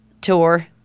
tour